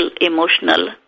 emotional